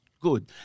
good